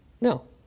No